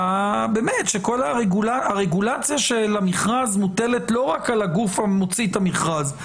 שכל הרגולציה של המכרז מוטלת לא רק על הגוף המוציא את המכרז,